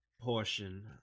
portion